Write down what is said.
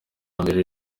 mbere